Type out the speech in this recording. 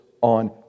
on